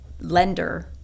lender